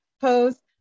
pose